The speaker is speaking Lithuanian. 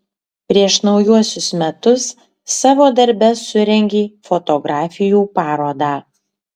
prieš naujuosius metus savo darbe surengei fotografijų parodą